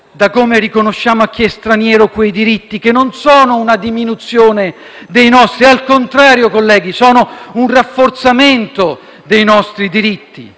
da come riconosciamo a chi è straniero quei diritti, che non sono una diminuzione dei nostri ma, al contrario, colleghi, sono un rafforzamento dei nostri diritti.